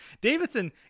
Davidson